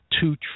two